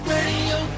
Radio